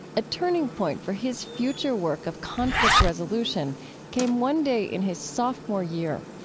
a turning point for his future work of conflict resolution came one day in his sophomore year.